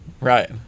right